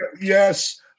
yes